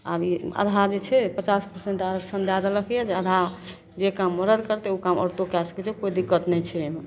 आब ई अधहा जे छै पचास परसेन्ट आरक्षण दै देलक यऽ जे अधहा जे काम मरद करतै ओ काम औरतो कै सकै छै कोइ दिक्कत नहि छै एहिमे